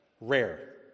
rare